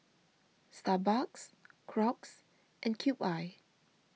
Starbucks Crocs and Cube I